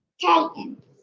Titans